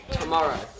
tomorrow